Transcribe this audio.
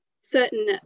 certain